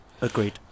Agreed